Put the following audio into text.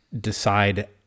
decide